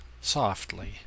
softly